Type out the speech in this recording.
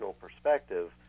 perspective